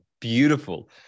Beautiful